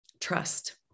trust